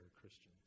Christians